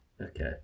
Okay